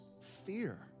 fear